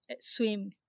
swim